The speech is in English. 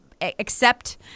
accept